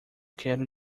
quero